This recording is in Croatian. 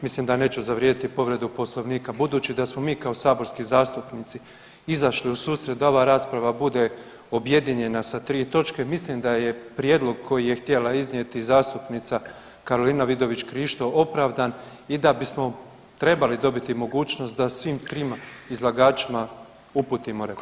Mislim da neću zavrijediti povredu Poslovnika, budući da smo mi kao saborski zastupnici izašli u susret da ova rasprava bude objedinjena sa 3 točke, mislim da je prijedlog koji je htjela iznijeti zastupnica Karolina Vidović Krišto opravdan i da bismo trebali dobiti mogućnost da svim trima izlagačima uputimo repliku.